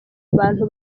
abantu